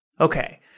Okay